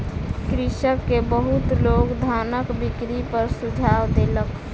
कृषक के बहुत लोक धानक बिक्री पर सुझाव देलक